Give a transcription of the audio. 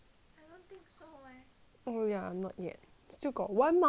oh ya not yet still got one more minute